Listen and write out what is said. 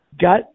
got